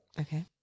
Okay